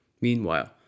Meanwhile